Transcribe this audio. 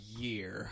year